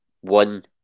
one